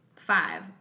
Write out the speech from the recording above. Five